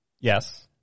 Yes